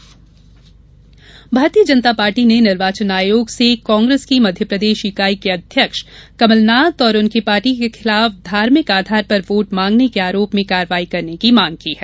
भाजपा आयोग भारतीय जनता पार्टी ने निर्वाचन आयोग से कांग्रेस की मध्यप्रदेश इकाई के अध्यक्ष कमलनाथ और उनकी पार्टी के खिलाफ धार्मिक आधार पर वोट मांगने के आरोप में कार्रवाई करने की मांग की है